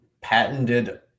patented